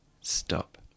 stop